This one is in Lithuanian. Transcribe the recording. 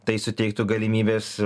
tai suteiktų galimybes